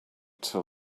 till